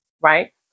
right